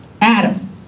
Adam